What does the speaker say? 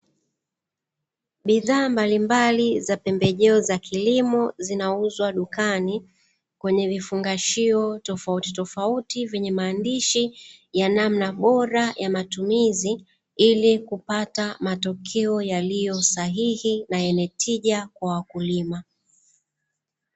Bidhaa mbalimbali za pembejeo za kilimo zinauzwa dukani kwenye vifungashio tofauti tofauti, vyenye maandishi ya namna bora ya matumizi ili kupata matokeo yaliyo sahihi na yenye tija kwa wakulima.